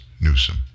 Newsom